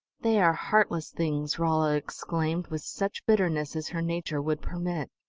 they are heartless things! rolla exclaimed with such bitterness as her nature would permit.